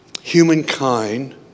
humankind